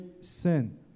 sin